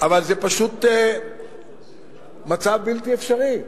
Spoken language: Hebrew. אבל זה פשוט מצב בלתי אפשרי.